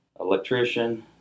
electrician